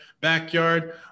backyard